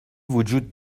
وجود